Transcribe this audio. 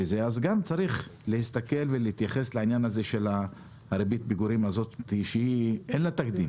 צריך גם להסתכל ולהתייחס לעניין הזה של ריבית הפיגורים שאין לה תקדים.